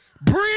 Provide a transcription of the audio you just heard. Breathe